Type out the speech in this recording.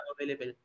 available